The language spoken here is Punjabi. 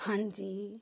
ਹਾਂਜੀ